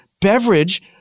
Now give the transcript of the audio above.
beverage